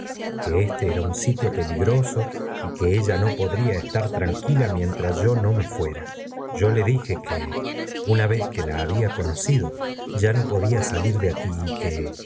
que éste era un sitio peligroso y q ue sll no podría estar tranquila mientras yo no me fuera yo le dije que una vez que ía había conocido ya no podía salir de aquí y que